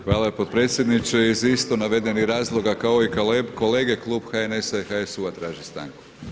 Hvala potpredsjedniče, iz isto navedenih razloga kao i kolege klub HNS-a i HSU-a traži stanku.